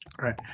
Right